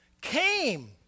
came